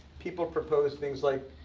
people propose things like,